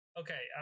okay